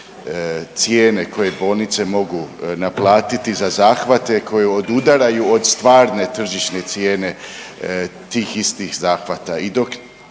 cijene koje bolnice mogu naplatiti za zahvate, koji odudaraju od stvarne tržišne cijene tih istih zahvata